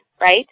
right